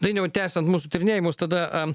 dainiau tęsiant mūsų tyrinėjimus tada